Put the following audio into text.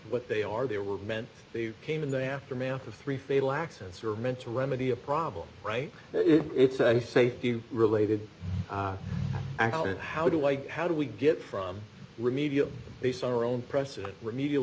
what they are they were meant they came in the aftermath of three fatal accidents are meant to remedy a problem right it's a safety related accident how do i get how do we get from remedial based on our own precedent remedial